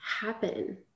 happen